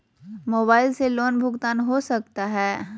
Mobile से loan भुगतान हो सकता है?